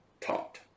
taught